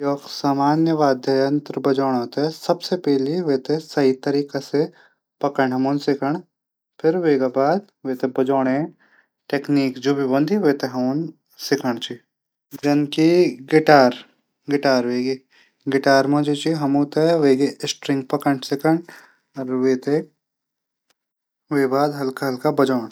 सामान्य वाद्य यंत्र बजाणो थै। वेथे सबसे पैली पकंड सिखण फिर वेकू बाद वेथे बजाणै टैक्निक जू भी होंदी वेथे हमन सिखण च जनकी गिटार मा वेकी स्ट्रींग पकण सिखण वेक बाद हल्का हल्का बजाण